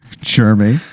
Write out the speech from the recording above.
Jeremy